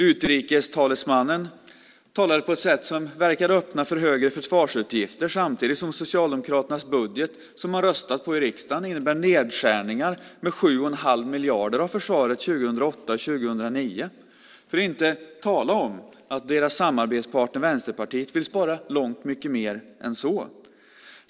Utrikestalesmannen talade på ett sådant sätt att han verkade öppna för högre försvarsutgifter, samtidigt som Socialdemokraternas budget som man i riksdagen röstat för innebär nedskärningar i försvaret med 7 1⁄2 miljard under 2008/09 - för att inte tala om deras samarbetspartner Vänsterpartiet som vill spara långt mycket mer än så!